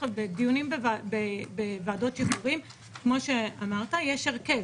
בדיונים בוועדות שחרורים, כמו שאמרת, יש הרכב